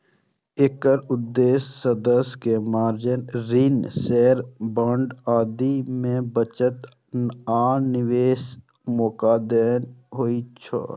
एकर उद्देश्य सदस्य कें मार्गेज, ऋण, शेयर, बांड आदि मे बचत आ निवेशक मौका देना होइ छै